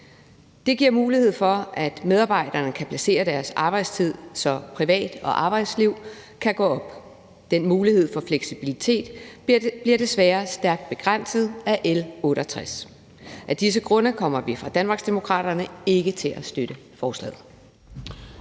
Det giver mulighed for, at medarbejderne kan placere deres arbejdstid, så privat- og arbejdsliv kan gå op i en højere enhed. Den mulighed for fleksibilitet bliver desværre stærkt begrænset af L 68. Af disse grunde kommer vi i Danmarksdemokraterne ikke til at støtte forslaget.